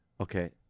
Okay